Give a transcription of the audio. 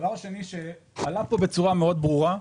דבר שני שעלה פה בצורה מאוד ברורה,